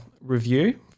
review